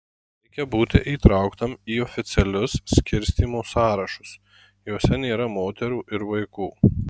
reikia būti įtrauktam į oficialius skirstymo sąrašus juose nėra moterų ir vaikų